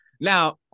Now